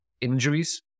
injuries